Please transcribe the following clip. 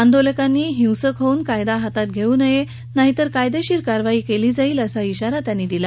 आंदोलकांनी हिंसक होऊन कायदा हातात घरी नय झाहीतर कायदशीर कारवाई कली जाईल असा इशारा त्यांनी दिला